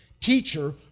Teacher